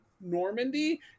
Normandy